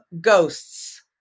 Ghosts